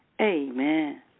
Amen